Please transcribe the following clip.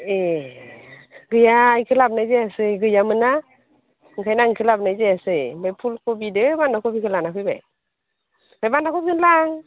ए गैया बेखौ लाबोनाय जायासै गैया मोनना ओंखायनो आं बेखौ लाबोनाय जायासै ओमफ्राय फुल कबिदो बान्दा कबिखौ लाना फैबाय बान्दा कबिखौनो लां